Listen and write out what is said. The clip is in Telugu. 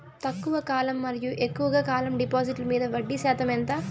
తక్కువ కాలం మరియు ఎక్కువగా కాలం డిపాజిట్లు మీద వడ్డీ శాతం ఎంత?